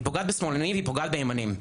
היא פוגעת בשמאלנים והיא פוגעת בימניים.